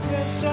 Yes